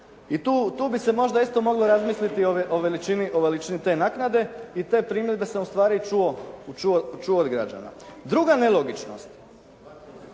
i tu bi se isto možda moglo razmisliti o veličini te naknade i te primjedbe sam ustvari čuo od građana. Druga nelogičnost